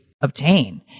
obtain